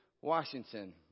Washington